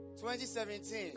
2017